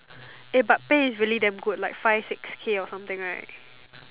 eh but pay is really damn good like five six K or something right